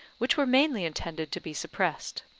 which were mainly intended to be suppressed.